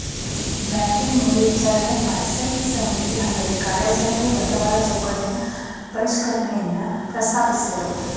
banking ಮೇಲ್ವಿಚಾರಣೆ Basel ಸಮಿತಿ ಅದ್ರಕಾರ್ಯಚರಣೆ ಬಂಡವಾಳ ಚೌಕಟ್ಟಿನ ಪರಿಷ್ಕರಣೆಯನ್ನ ಪ್ರಸ್ತಾಪಿಸಿದ್ದ್ರು